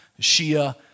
Shia